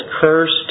cursed